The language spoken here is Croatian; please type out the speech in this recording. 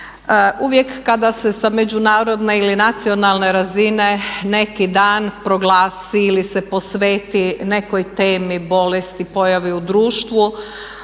Uvijek kada se sa međunarodne ili nacionalne razine neki dan proglasi ili se posveti nekoj temi, bolesti, pojavi u društvu,